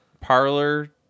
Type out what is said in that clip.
parlor